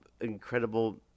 incredible